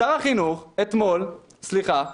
שר החינוך אתמול, סליחה,